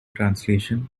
translation